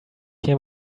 hear